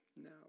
No